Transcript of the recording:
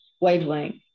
wavelength